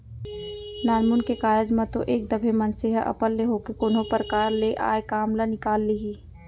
नानमुन के कारज म तो एक दफे मनसे ह अपन ले होके कोनो परकार ले आय काम ल निकाल लिही